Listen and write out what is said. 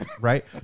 right